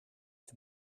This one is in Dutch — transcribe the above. het